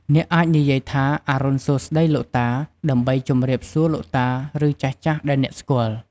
អ្នកអាចនិយាយថា "អរុណសួស្តីលោកតា" ដើម្បីជំរាបសួរលោកតា ឬ ចាស់ៗដែលអ្នកស្កាល់។